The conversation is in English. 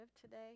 today